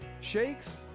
shakes